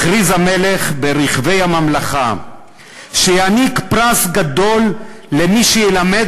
הכריז המלך ברחבי הממלכה שיעניק פרס גדול למי שילמד